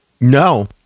No